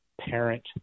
parent